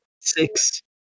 Six